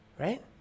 Right